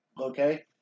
Okay